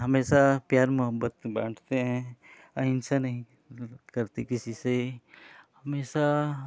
हमेशा प्यार मुहब्बत ही बाँटते हैं अहिंसा नहीं करते किसी से हमेशा